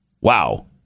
Wow